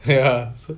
ya so